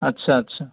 আচ্ছা আচ্ছা